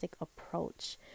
approach